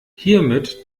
hiermit